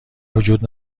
وجود